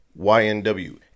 YNW